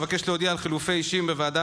אבקש להודיע על חילופי אישים בוועדה